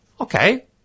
Okay